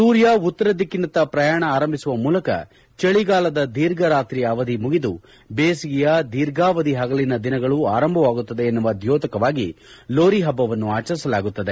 ಸೂರ್ಯ ಉತ್ತರ ದಿಕ್ಕಿನತ್ತ ಪ್ರಯಾಣ ಆರಂಭಿಸುವ ಮೂಲಕ ಚಳಿಗಾಲದ ದೀರ್ಘ ರಾತ್ರಿ ಅವಧಿ ಮುಗಿದು ಬೇಸಿಗೆಯ ದೀರ್ಘಾವಧಿ ಹಗಲಿನ ದಿನಗಳು ಆರಂಭವಾಗುತ್ತದೆ ಎನ್ನುವ ದ್ಲೋತಕವಾಗಿ ಲೋರಿ ಹಬ್ಲವನ್ನು ಆಚರಿಸಲಾಗುತ್ತದೆ